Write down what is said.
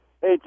Hey